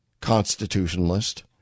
Constitutionalist